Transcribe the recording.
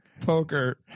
Poker